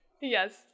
Yes